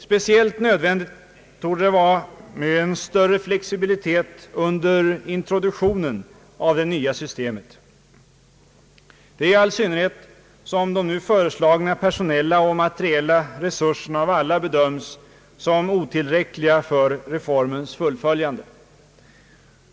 Speciellt nödvändigt torde det vara med en större flexibilitet under introduktionen av det nya systemet, i all synnerhet som de nu föreslagna personella och materiella resurserna av alla bedöms som otillräckliga för reformens fullföljande.